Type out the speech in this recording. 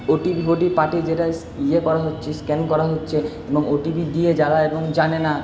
OTP ফোটিপি পাঠিয়ে যেটা ইয়ে করা হচ্ছে স্ক্যান করা হচ্ছে এবং ওটিপি দিয়ে যারা এবং জানে না